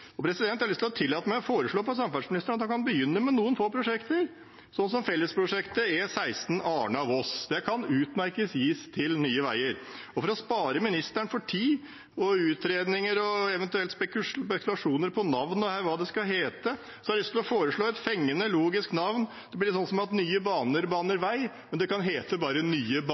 Jeg har lyst til å tillate meg å foreslå for samferdselsministeren at han kan begynne med noen få prosjekter, som fellesprosjektet E16 Arna–Voss. Det kan utmerket gis til Nye Veier. Og for å spare ministeren for tid, utredninger og eventuelle spekulasjoner om navn og hva det skal hete, har jeg lyst til å foreslå et fengende logisk navn: Det blir noe sånt som at Nye baner baner vei, men det kan hete bare Nye